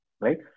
right